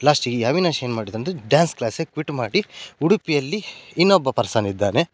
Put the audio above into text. ಲಾಸ್ಟಿಗೆ ಈ ಅವಿನಾಶ್ ಏನು ಮಾಡಿದ ಅಂದರೆ ಡ್ಯಾನ್ಸ್ ಕ್ಲಾಸೇ ಕ್ವಿಟ್ ಮಾಡಿ ಉಡುಪಿಯಲ್ಲಿ ಇನ್ನೊಬ್ಬ ಪರ್ಸನ್ ಇದ್ದಾನೆ